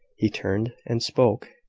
he turned, and spoke,